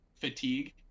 fatigue